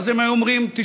ואז הם היו אומרים: תשמעו,